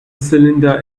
cylinder